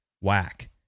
whack